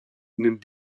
ihnen